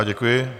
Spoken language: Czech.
Děkuji.